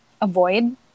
avoid